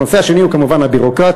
הנושא השני הוא כמובן הביורוקרטיה,